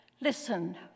Listen